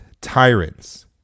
tyrants